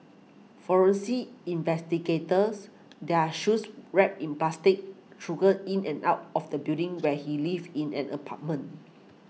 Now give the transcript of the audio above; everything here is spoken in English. forensic investigators their shoes wrapped in plastic trudged in and out of the building where he lived in an apartment